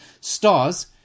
stars